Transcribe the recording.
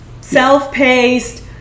self-paced